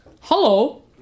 Hello